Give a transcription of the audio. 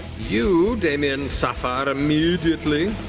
you, damian, suffer immediately.